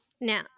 Now